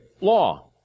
law